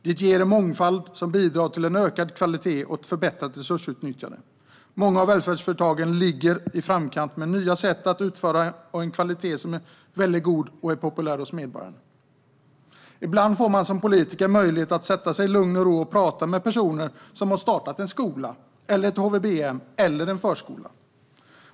Det ger en mångfald som bidrar till ökad kvalitet och förbättrat resursutnyttjande. Många av välfärdsföretagen ligger i framkant med nya sätt att utföra, har en kvalitet som är väldigt god och är populära hos medborgaren. Ibland får man som politiker möjlighet att sätta sig i lugn och ro och prata med personer som har startat en skola, ett HVB-hem eller en förskola.